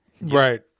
Right